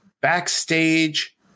backstage